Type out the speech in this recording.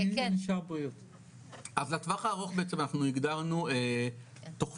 אז לטווח הארוך בעצם, אנחנו הגדרנו תוכנית